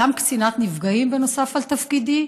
גם קצינת נפגעים נוסף על תפקידי,